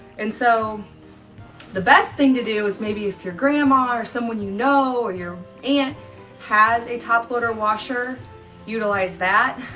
and so the best thing to do is maybe if your grandma or someone you know or your aunt has a top loader washer utilize that